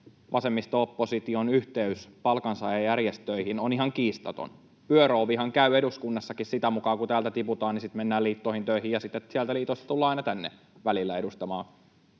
vasemmisto-opposition yhteys palkansaajajärjestöihin on ihan kiistaton. Pyöröovihan käy eduskunnassakin sitä mukaa, kun täältä tiputaan, eli sitten mennään liittoihin töihin ja sitten sieltä liitoista tullaan aina välillä tänne edustamaan